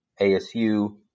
ASU